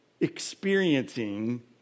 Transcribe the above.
experiencing